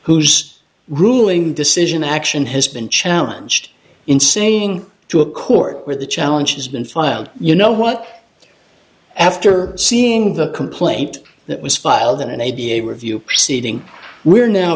whose ruling decision action has been challenge in saying to a court where the challenge has been filed you know what after seeing the complaint that was filed in an idea a review proceeding we're now